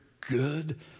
good